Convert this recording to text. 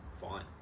fine